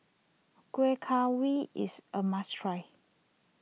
Kuih Kaswi is a must try